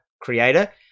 creator